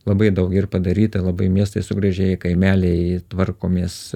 labai daug ir padaryta labai miestai sugražėję kaimeliai tvarkomės